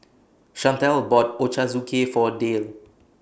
Chantel bought Ochazuke For Dale